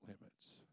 limits